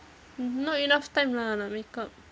mm not enough time lah nak makeup